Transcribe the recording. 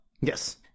Yes